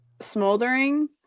Smoldering